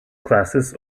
classes